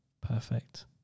Perfect